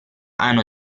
hanno